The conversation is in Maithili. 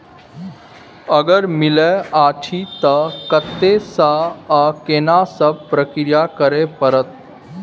अगर मिलय अछि त कत्ते स आ केना सब प्रक्रिया करय परत?